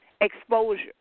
exposure